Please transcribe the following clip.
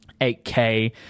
8K